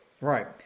Right